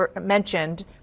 mentioned